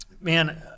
man